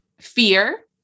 fear